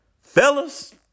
Fellas